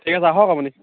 ঠিক আছে আহক আপুনি